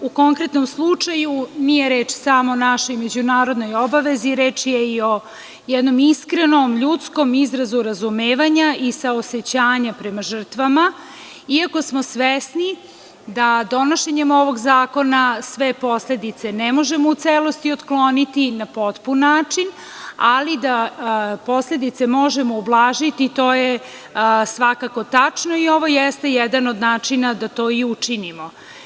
U konkretnom slučaju, nije reč samo o našoj međunarodnoj obavezi, već je reč o jednom iskrenom, ljudskom izrazu razumevanja i saosećanja prema žrtvama, iako smo svesni da donošenjem ovog zakona sve posledice ne možemo u celosti otkloniti na potpun način, ali da posledice možemo ublažiti to je svakako tačno i ovo jeste jedan od načina da to učinimo.